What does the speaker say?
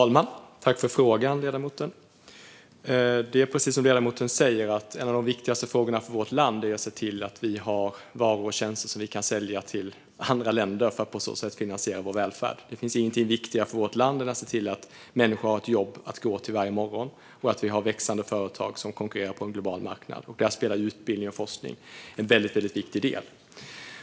Herr talman! Det är precis som ledamoten säger, att en av de viktigaste frågorna för vårt land är att se till att vi har varor och tjänster som vi kan sälja till andra länder för att på så sätt finansiera vår välfärd. Det finns ingenting viktigare för vårt land än att se till att människor har ett jobb att gå till varje morgon och att vi har växande företag som konkurrerar på en global marknad. Där spelar utbildning och forskning en väldigt viktig roll.